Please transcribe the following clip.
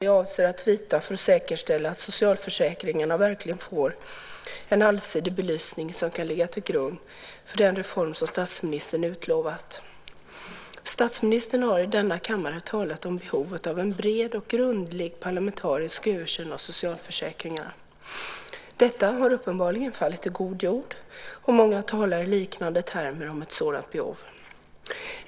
Fru talman! Kenneth Johansson har frågat mig vilka åtgärder jag avser att vidta för att säkerställa att socialförsäkringarna verkligen får en allsidig belysning som kan ligga till grund för den reform som statsministern utlovat. Statsministern har i denna kammare talat om behovet av en bred och grundlig parlamentarisk översyn av socialförsäkringarna. Detta har uppenbarligen fallit i god jord, och många talar i liknande termer om ett sådant behov.